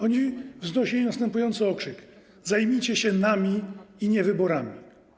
Oni wznosili następujący okrzyk: zajmijcie się nami, nie wyborami.